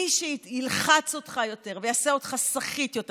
מי שילחץ אותך יותר ויעשה אותך סחיט יותר,